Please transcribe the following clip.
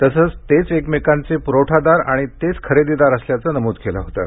तसंच तेच एकमेकांचे प्रवठादार आणि तेच खरेदीदार असल्याचं नमूद केलं होतं